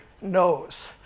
knows